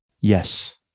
yes